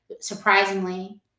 surprisingly